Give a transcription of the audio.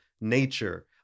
nature